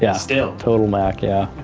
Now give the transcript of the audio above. yeah still. total mac, yeah.